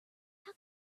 how